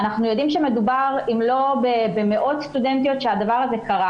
אנחנו יודעים שמדובר במאות סטודנטיות שהדבר הזה קרה